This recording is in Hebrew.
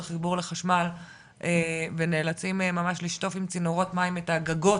חיבור לחשמל ונאלצים ממש לשטוף עם צינורות מים את הגגות,